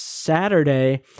saturday